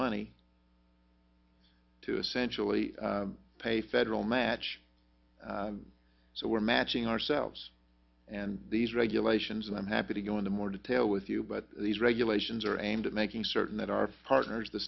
money to essentially pay federal match so we're matching ourselves and these regulations and i'm happy to go into more detail with you but these regulations are aimed at making certain that our partners the